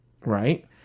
right